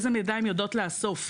איזה מידע הן יודעות לאסוף.